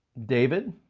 david.